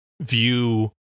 view